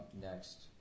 next